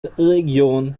region